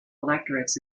electorates